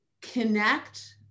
connect